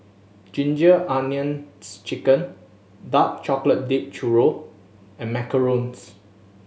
Ginger Onions Chicken dark chocolate dipped churro and macarons